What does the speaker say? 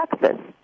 Texas